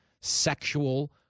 sexual